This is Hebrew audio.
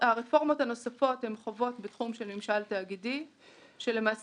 הרפורמות הנוספות הן רפורמות בתחום של ממשל תאגידי שמשוות